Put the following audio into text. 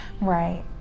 Right